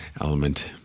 element